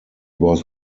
was